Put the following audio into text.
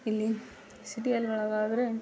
ಇಲ್ಲಿ ಸಿಟಿಯಲ್ಲಿ ಒಳಗಾದರೆ